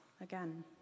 again